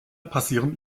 passieren